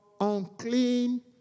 unclean